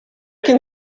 can